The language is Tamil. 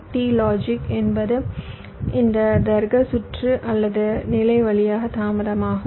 t லாஜிக் என்பது இந்த தர்க்க சுற்று அல்லது நிலை வழியாக தாமதம் ஆகும்